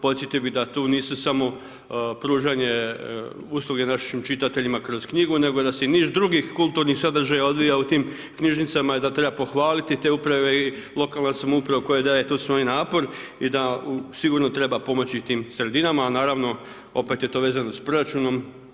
Podsjetio bi da tu nisu samo pružanje usluge našim čitateljima kroz knjigu, nego da se i niz drugih kulturnih sadržaja odvija u tim knjižnicama i da treba pohvaliti te uprave i lokalnu samoupravu koja daje tu svoj napor i da sigurno treba pomoći sredinama, a naravno opet je to vezano s proračunom.